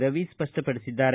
Ravi ಸ್ವಷ್ಟಪಡಿಸಿದ್ದಾರೆ